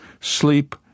Sleep